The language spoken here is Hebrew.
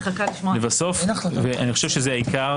לבסוף אני חושב שזה העיקר,